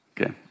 okay